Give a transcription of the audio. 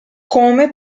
come